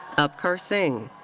upkar singh.